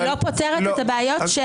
היא לא פותרת את הבעיות של